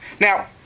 Now